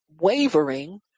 wavering